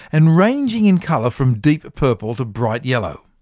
and ranging in colour from deep purple to bright yellow.